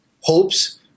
hopes